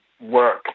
work